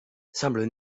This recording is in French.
semblent